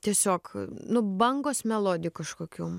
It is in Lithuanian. tiesiog nu bangos melodijų kažkokių